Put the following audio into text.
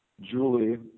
Julie